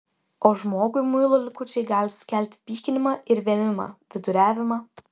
o žmogui muilo likučiai gali sukelti pykinimą ir vėmimą viduriavimą